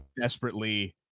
desperately